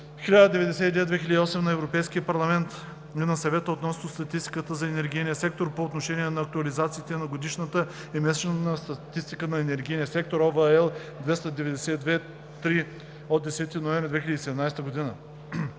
1099/2008 на Европейския парламент и на Съвета относно статистиката за енергийния сектор, по отношение на актуализациите на годишната и месечната статистика за енергийния сектор (OB, L 292/3 от 10 ноември 2017 г.)“.